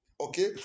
Okay